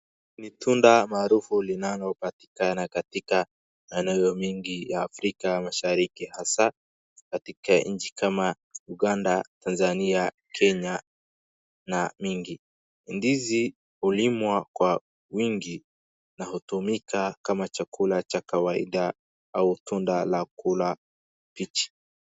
Ni tunda marufu linalopatikana eneo mingi ya Afrika Mashiriki hasa katika nchi kama Uganda , Tanzania, Kenya na mingi. Ndizi hulimwa kwa wingi na hutumika kama chakula cha kawaida au tunda la kula mbichi.